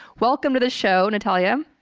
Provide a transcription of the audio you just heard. welcome to the show, nataliya.